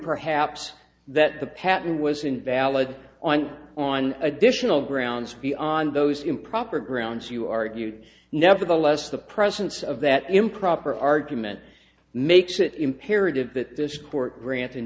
perhaps that the patent was invalid on on additional grounds on those improper grounds you argued nevertheless the presence of that improper argument makes it imperative that this court grant